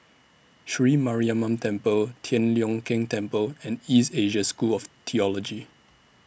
Sri Mariamman Temple Tian Leong Keng Temple and East Asia School of Theology